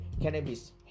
cannabis